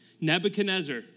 Nebuchadnezzar